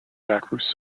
jacques